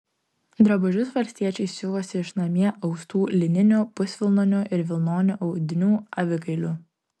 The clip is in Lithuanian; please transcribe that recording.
drabužius valstiečiai siuvosi iš namie austų lininių pusvilnonių ir vilnonių audinių avikailių